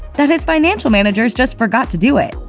that his financial managers just forgot to do it.